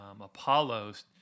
Apollos